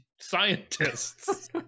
scientists